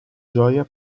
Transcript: gioia